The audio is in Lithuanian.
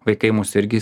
vaikai mus irgi